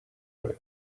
cream